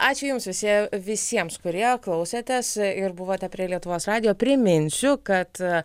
ačiū jums visiem visiems kurie klausėtės ir buvote prie lietuvos radijo priminsiu kad